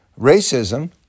racism